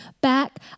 back